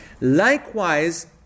Likewise